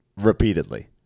repeatedly